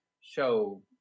show